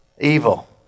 evil